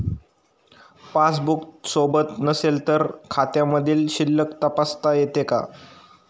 Passbook सोबत नसेल तर खात्यामधील शिल्लक तपासता येते का?